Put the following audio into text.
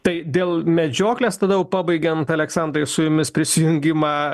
tai dėl medžioklės tada jau pabaigiant aleksandrai su jumis prisijungimą